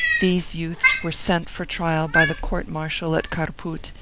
these youths were sent for trial by the court-martial at kharpout,